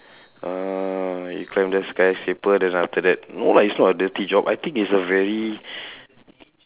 oh you climb the skyscraper then after that no lah it's not a dirty job I think is a very